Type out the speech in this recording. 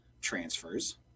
transfers